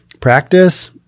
practice